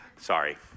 sorry